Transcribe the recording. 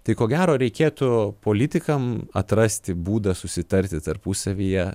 tai ko gero reikėtų politikam atrasti būdą susitarti tarpusavyje